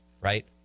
Right